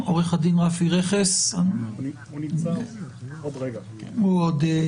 עו"ד רפי רכס עוד יגיע,